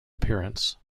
appearance